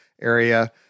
area